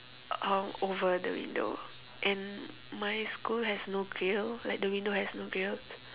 um over the window and my school has no grill like the window has no grill